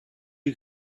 you